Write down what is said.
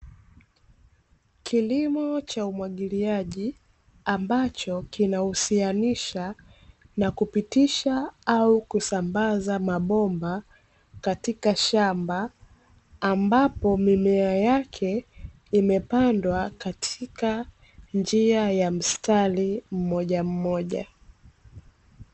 Kilimo cha umwagiliaji, ambacho kinahusianisha na kupitisha au kusambaza mabomba katika shamba, ambapo mimea yake imepandwa katika njia ya mstari mmojammoja.